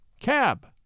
Cab